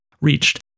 reached